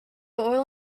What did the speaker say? oil